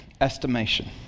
estimation